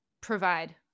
provide